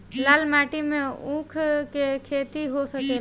लाल माटी मे ऊँख के खेती हो सकेला?